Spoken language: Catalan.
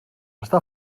està